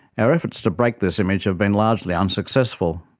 our efforts to break this image have been largely unsuccessful,